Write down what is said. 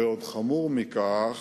ועוד חמור מכך,